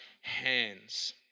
hands